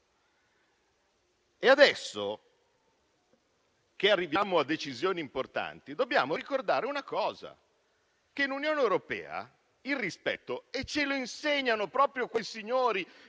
e adesso che arriviamo a decisioni importanti dobbiamo ricordare che in Unione europea il rispetto - e ce lo insegnano proprio quei signori